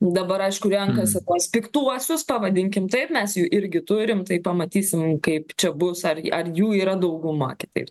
dabar aišku renkasi tuos piktuosius pavadinkim taip mes jų irgi turim tai pamatysim kaip čia bus ar ar jų yra dauguma kitaip